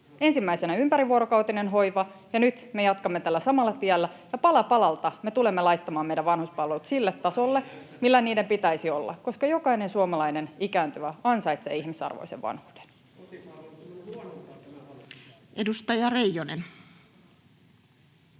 Ensimmäisenä oli ympärivuorokautinen hoiva, ja nyt me jatkamme tällä samalla tiellä. Pala palalta me tulemme laittamaan meidän vanhuspalvelut sille tasolle, millä niiden pitäisi olla, koska jokainen suomalainen ikääntyvä ansaitsee ihmisarvoisen vanhuuden. [Ben